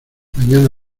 mañana